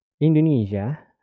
Indonesia